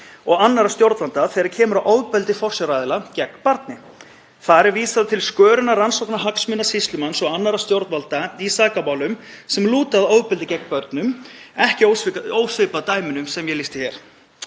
og annarra stjórnvalda þegar kemur að ofbeldi forsjáraðila gegn barni. Þar er vísað til skörunar rannsóknarhagsmuna sýslumanns og annarra stjórnvalda í sakamálum sem lúta að ofbeldi gegn börnum, ekki ósvipað dæminu sem ég lýsti hér.